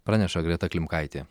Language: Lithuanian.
praneša greta klimkaitė